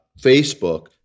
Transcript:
Facebook